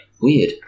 weird